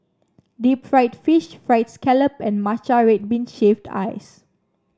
Deep Fried Fish fried scallop and Matcha Red Bean Shaved Ice